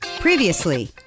previously